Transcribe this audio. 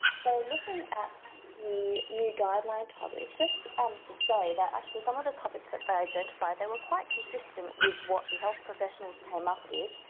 so looking at the new guideline topics, just to say that actually some of the topics they identified, they were quite consistent with what the health professionals came up with,